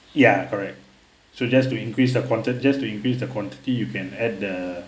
ya correct so just to increase the content just to increase the quantity you can add the